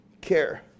care